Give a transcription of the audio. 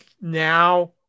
Now